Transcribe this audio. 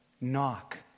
Knock